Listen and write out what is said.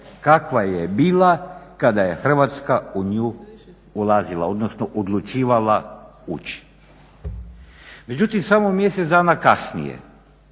kakva je bila kada je Hrvatska u nju ulazila odnosno odlučivala ući. Međutim samo mjesec dana kasnije